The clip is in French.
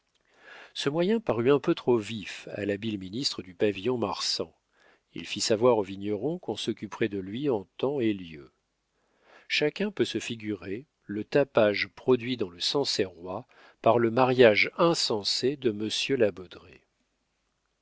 ce moyen parut un peu trop vif à l'habile ministre du pavillon marsan il fit savoir au vigneron qu'on s'occuperait de lui en temps et lieu chacun peut se figurer le tapage produit dans le sancerrois par le mariage insensé de monsieur de la